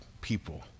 people